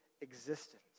existence